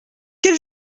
quel